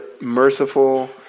merciful